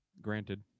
granted